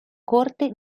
corte